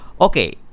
Okay